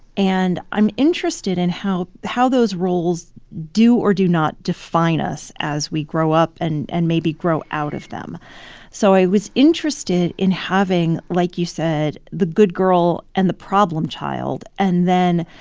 and i'm interested in how how those roles do or do not define us, as we grow up and and maybe grow out of them so i was interested in having, like you said, the good girl and the problem child and then,